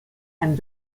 and